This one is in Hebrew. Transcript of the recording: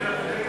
ההצעה